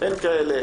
אין כאלה?